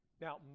Now